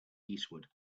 eastward